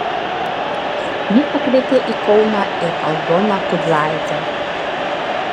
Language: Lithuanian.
ji pakvietė į kauną ir aldoną kudlaitę